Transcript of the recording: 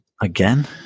again